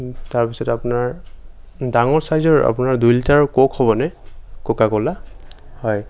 তাৰপিছত আপোনাৰ ডাঙৰ চাইজৰ আপোনাৰ দুই লিটাৰৰ ক'ক হ'বনে কোকাকোলা হয়